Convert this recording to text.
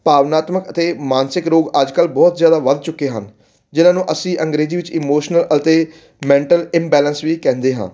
ਭਾਵਨਾਤਮਕ ਅਤੇ ਮਾਨਸਿਕ ਰੋਗ ਅੱਜਕੱਲ ਬਹੁਤ ਜਿਆਦਾ ਵਧ ਚੁੱਕੇ ਹਨ ਜਿਨ੍ਹਾਂ ਨੂੰ ਅਸੀਂ ਅੰਗਰੇਜ਼ੀ ਵਿੱਚ ਇਮੋਸ਼ਨਲ ਅਤੇ ਮੈਂਟਲ ਇਮਬੈਲੈਂਸ ਵੀ ਕਹਿੰਦੇ ਹਾਂ